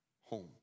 home